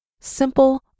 Simple